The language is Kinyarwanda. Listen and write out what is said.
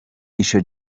ico